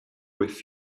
with